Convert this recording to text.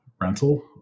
rental